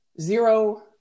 zero